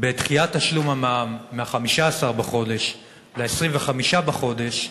בדחיית תשלום המע"מ מ-15 בחודש ל-25 בחודש,